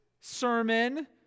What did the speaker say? sermon